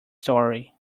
story